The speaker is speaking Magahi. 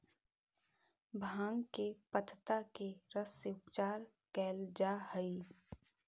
भाँग के पतत्ता के रस से उपचार कैल जा हइ